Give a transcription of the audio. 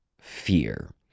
fear